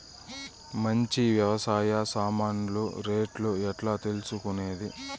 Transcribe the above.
మంచి వ్యవసాయ సామాన్లు రేట్లు ఎట్లా తెలుసుకునేది?